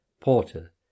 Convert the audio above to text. porter